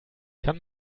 kann